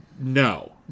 No